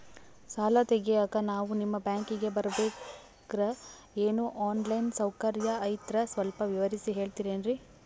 ಸಾಲ ತೆಗಿಯೋಕಾ ನಾವು ನಿಮ್ಮ ಬ್ಯಾಂಕಿಗೆ ಬರಬೇಕ್ರ ಏನು ಆನ್ ಲೈನ್ ಸೌಕರ್ಯ ಐತ್ರ ಸ್ವಲ್ಪ ವಿವರಿಸಿ ಹೇಳ್ತಿರೆನ್ರಿ?